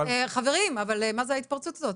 חברים, מה זאת ההתפרצות הזאת?